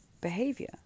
behavior